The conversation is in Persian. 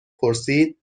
پرسید